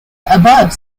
above